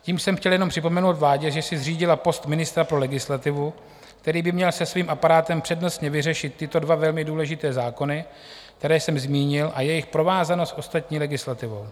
Tím jsem chtěl jenom připomenout vládě, že si zřídila post ministra pro legislativu, který by měl se svým aparátem přednostně vyřešit tyto dva velmi důležité zákony, které jsem zmínil, a jejich provázanost ostatní legislativou.